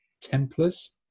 Templars